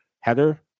header